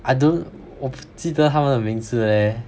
I don't 我不记得她们的名字 leh